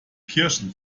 kirschen